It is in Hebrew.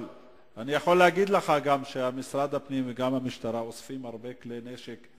אני יכול להגיד לך שמשרד הפנים וגם המשטרה אוספים הרבה כלי נשק,